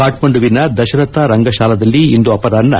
ಕಾಟ್ಗಂಡುವಿನ ದಶರಥ ರಂಗಶಾಲದಲ್ಲಿ ಇಂದು ಅಪರಾಷ್ನ